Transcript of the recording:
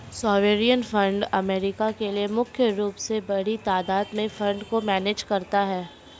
sovereign wealth fund अमीरो के लिए मुख्य रूप से बड़ी तादात में फंड को मैनेज करता है